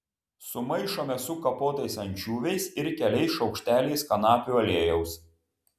sumaišome su kapotais ančiuviais ir keliais šaukšteliais kanapių aliejaus